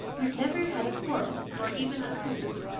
we've never had a quarrel nor even a coolness.